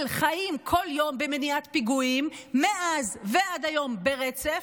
חיים כל יום במניעת פיגועים מאז ועד היום ברצף.